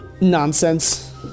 Nonsense